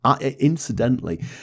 Incidentally